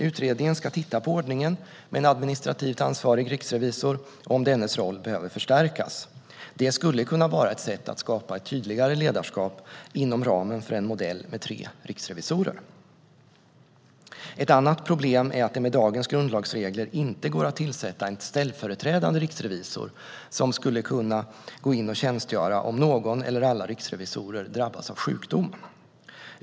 Utredningen ska titta på ordningen med en administrativt ansvarig revisor och om dennes roll behöver förstärkas. Det skulle kunna vara ett sätt att skapa ett tydligare ledarskap inom ramen för en modell med tre riksrevisorer. Ett annat problem är att det med dagens grundlagsregler inte går att tillsätta en ställföreträdande riksrevisor som skulle kunna gå in och tjänstgöra om någon eller alla riksrevisorer drabbas av sjukdom.